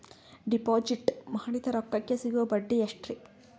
Deposit ಮಾಡಿದ ರೊಕ್ಕಕೆ ಸಿಗುವ ಬಡ್ಡಿ ಎಷ್ಟ್ರೀ?